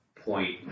point